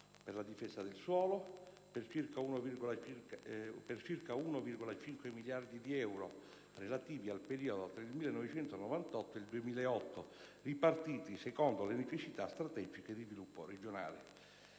per la difesa del suolo per circa 1,5 miliardi di euro, relativi al periodo tra il 1998 e il 2008, ripartiti secondo le necessità strategiche di sviluppo regionali.